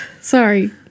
Sorry